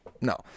No